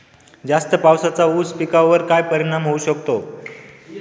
जास्त पावसाचा ऊस पिकावर काय परिणाम होऊ शकतो?